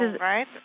right